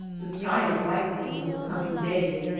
the sky is lightening with the coming day.